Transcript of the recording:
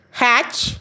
hatch